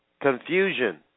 Confusion